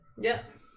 Yes